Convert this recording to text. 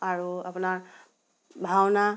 আৰু আপোনাৰ ভাওনা